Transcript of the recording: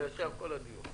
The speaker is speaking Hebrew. וישב כל הדיון.